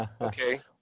Okay